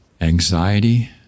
Anxiety